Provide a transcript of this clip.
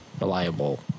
reliable